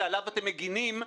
שעליו אתם מגנים,